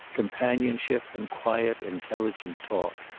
companionship and quiet intelligent talk.